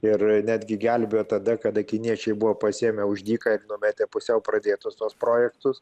ir netgi gelbėjo tada kada kiniečiai buvo pasiėmę už dyką ir numetė pusiau pradėtus tuos projektus